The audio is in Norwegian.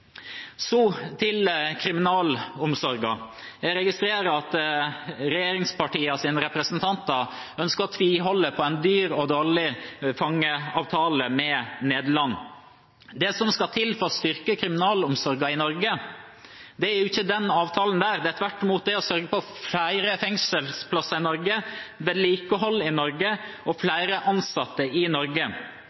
Så til kriminalomsorgen. Jeg registrerer at regjeringspartienes representanter ønsker å tviholde på en dyr og dårlig fangeavtale med Nederland. Det som skal til for å styrke kriminalomsorgen i Norge, er ikke den avtalen. Det er tvert imot å sørge for å få flere fengselsplasser i Norge, vedlikehold i Norge og flere ansatte i Norge.